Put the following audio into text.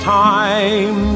time